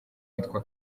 yitwa